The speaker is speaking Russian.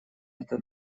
это